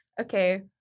okay